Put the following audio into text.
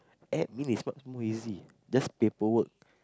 admin is much more easy just paperwork